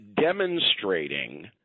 demonstrating